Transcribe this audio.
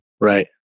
Right